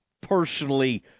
personally